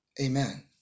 Amen